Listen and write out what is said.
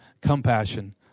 compassion